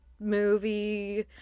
movie